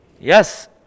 Yes